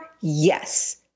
Yes